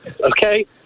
okay